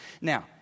Now